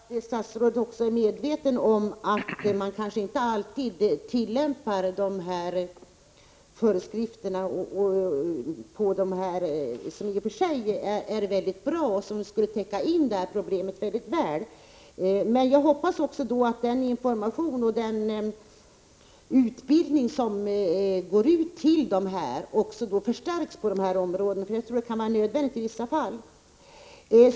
Herr talman! Det är bra att statsrådet är medveten om att man kanske inte alltid tillämpar föreskrifterna på bästa sätt, föreskrifter som i och för sig är mycket bra och som skulle täcka in det här problemet mycket väl. Jag hoppas att den information och den utbildning som är på gång också förstärks på detta område. Jag tror att det är nödvändigt i vissa fall.